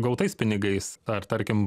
gautais pinigais ar tarkim